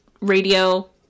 radio